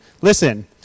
listen